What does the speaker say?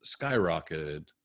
skyrocketed